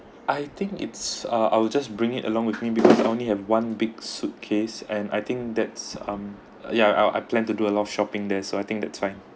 I think it's ah I will just bring it along with me because I only have one big suitcase and I think that's um yeah I I plan to do a lot of shopping there so I think that time